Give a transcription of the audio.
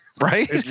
Right